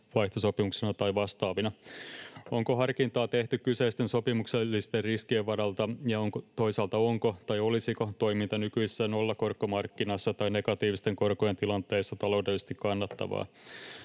koronvaihtosopimuksina tai vastaavina? Onko harkintaa tehty kyseisten sopimuksellisten riskien varalta, ja toisaalta, onko tai olisiko toiminta nykyisessä nollakorkomarkkinassa tai negatiivisten korkojen tilanteessa taloudellisesti kannattavaa?